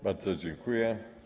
Bardzo dziękuję.